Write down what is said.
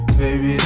baby